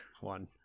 one